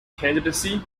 candidacy